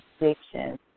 Addiction